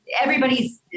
everybody's